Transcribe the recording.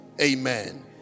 Amen